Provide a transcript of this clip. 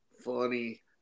funny